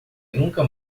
nunca